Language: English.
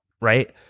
right